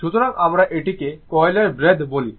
সুতরাং আমরা এটিকে কয়েলের ব্রেডথ বলি